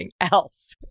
else